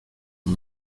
and